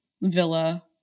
villa